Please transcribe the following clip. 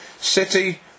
City